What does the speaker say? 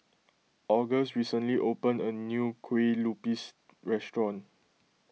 August recently opened a new Kue Lupis restaurant